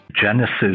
Genesis